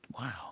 Wow